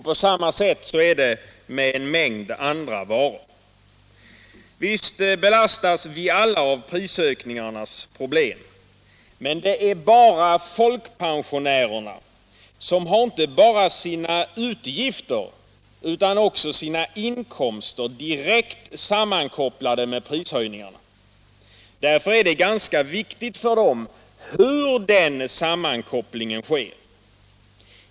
På samma sätt är det med en mängd andra varor. Visst belastas vi alla av prisökningarnas problem, men det är endast folkpensionärerna som inte bara har sina utgifter utan också sina inkomster direkt sammankopplade med prishöjningarna. Därför är det ganska viktigt för dem hur den sammankopplingen sker.